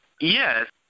Yes